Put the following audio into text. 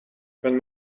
wenn